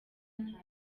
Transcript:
nta